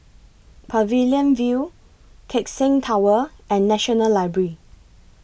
Pavilion View Keck Seng Tower and National Library